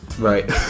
Right